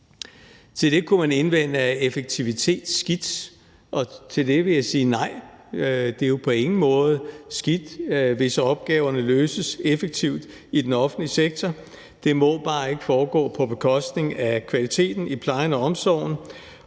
Til det kunne man indvende: Er effektivitet skidt? Og til det vil jeg sige: Nej, det er på ingen måde skidt, hvis opgaverne løses effektivt i den offentlige sektor. Det må bare ikke foregå på bekostning af kvaliteten i plejen og omsorgen,